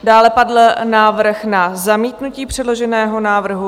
Dále padl návrh na zamítnutí předloženého návrhu.